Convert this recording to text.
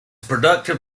productive